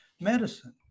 medicine